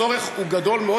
הצורך הוא גדול מאוד.